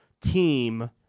team